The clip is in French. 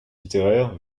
littéraire